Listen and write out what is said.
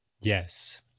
Yes